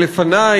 לפני,